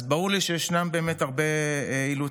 אז ברור לי שישנם באמת הרבה אילוצים,